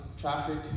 traffic